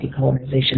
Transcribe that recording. decolonization